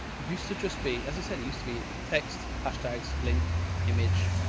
used to just be, as i said, it used to be text, hashtags, link image,